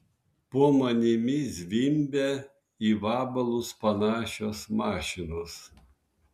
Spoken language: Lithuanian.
po manimi zvimbia į vabalus panašios mašinos